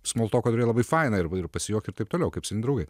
small talką turėt labai faina ir pasijuokti ir taip toliau kaip seni draugai